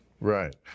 Right